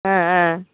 ஆ ஆ